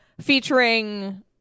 featuring